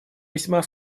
весьма